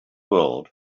world